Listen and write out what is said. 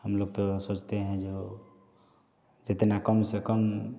हम लोग तो सोचते हैं जो जितना कम से कम